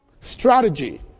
Strategy